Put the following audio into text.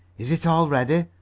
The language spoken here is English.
is it all ready?